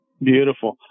Beautiful